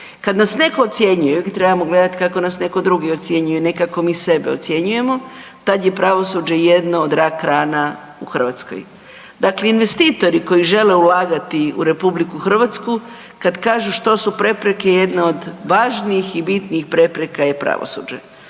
Kad nas netko ocjenjuje, uvijek trebamo gledati kako nas netko drugi ocjenjuje, ne kako mi sebe ocjenjujemo tad je pravosuđe jedno od rak rana u Hrvatskoj. Dakle, investitori koji žele ulagati u RH kad kažu što su prepreke jedna od važnijih i bitnijih prepreka je pravosuđe.